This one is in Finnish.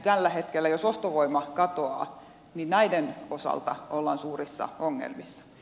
tällä hetkellä jos ostovoima katoaa näiden osalta ollaan suurissa ongelmissa